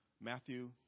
Matthew